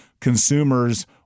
consumers